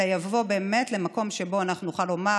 אלא יבוא באמת למקום שבו אנחנו נוכל לומר: